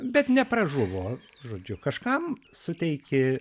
bet nepražuvo žodžiu kažkam suteikė